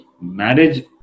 Marriage